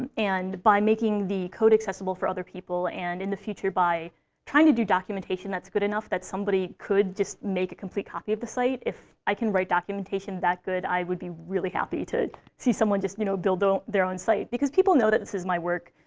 and and by making the code accessible for other people and, in the future, by trying to do documentation that's good enough that somebody could just make a complete copy of the site? if i can write documentation that good, i would be really happy to see someone just you know build their own site. because people know this is my work.